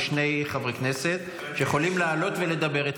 יש שני חברי כנסת שיכולים לעלות ולדבר.